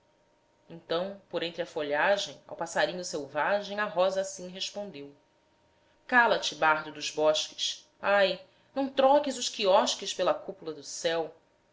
então por entre a folhagem ao passarinho selvagem a rosa assim respondeu cala-te bardo dos bosques ai não troques os quiosques pela cúpula do céu